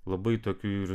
labai tokiu